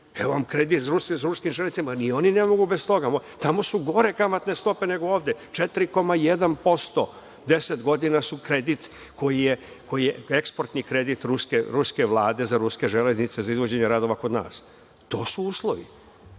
Evo vam kredit za ruske železnice, ni oni ne mogu bez toga. Tamo su gore kamatne stope nego ovde 4,1%. Deset godina su kredit koji je eksportni kredit ruske Vlade za ruske železnice, za izvođenje radova kod nas. To su uslovi,